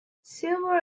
silver